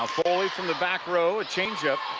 um foley from the back row, a change-up.